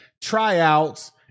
tryouts